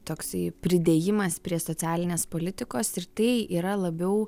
toksai pridėjimas prie socialinės politikos ir tai yra labiau